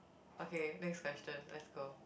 okay next question let's go